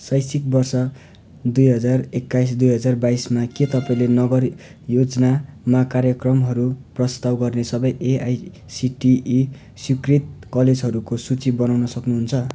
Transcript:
शैक्षिक वर्ष दुई हजार एक्काइस दुई हजार बाइसमा के तपाईँले नगरे योजनामा कार्यक्रमहरू प्रस्ताव गर्ने सबै एआइसिटिई स्वीकृत कलेजहरूको सूची बनाउन सक्नुहुन्छ